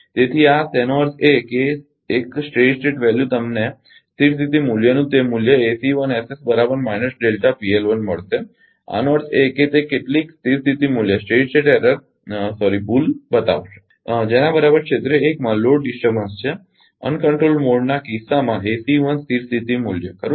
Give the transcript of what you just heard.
તેથી આ તેનો અર્થ એ કે એક સ્થિર સ્થિતી મૂલ્ય તમને સ્થિર સ્થિતી મૂલ્યનું તે મૂલ્ય મળશે આનો અર્થ એ કે તે કેટલીક સ્થિર સ્થિતી ભૂલ બતાવશે જેના બરાબર ક્ષેત્ર 1 માં લોડ ડિસ્ટરબન્સ છે અનિયંત્રિત મોડના કિસ્સામાં ACE 1 સ્થિર સ્થિતી મૂલ્ય ખરુ ને